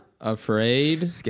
afraid